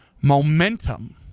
momentum